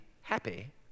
happy